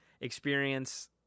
experience